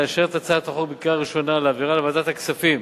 לאשר את הצעת החוק בקריאה ראשונה ולהעבירה לוועדת הכספים